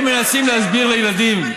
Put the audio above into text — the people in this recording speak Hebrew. אם מנסים להסביר לילדים,